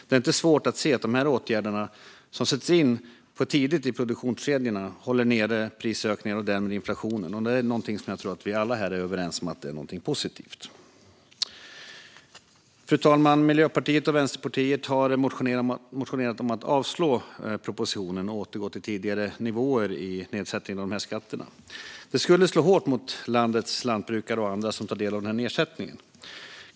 Det är inte svårt att se att åtgärderna, som sätts in tidigt i produktionskedjorna, håller nere prisökningar och därmed inflationen, något som jag tror vi alla är överens om är något positivt. Fru talman! Miljöpartiet och Vänsterpartiet har motionerat om att avslå propositionen och återgå till tidigare nivåer i nedsättningen av dessa skatter. Det skulle slå hårt mot landets lantbrukare och andra som tar del av nedsättningen.